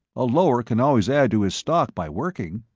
a lower can always add to his stock by working.